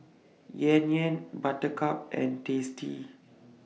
Yan Yan Buttercup and tasty